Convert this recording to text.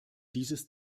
dieses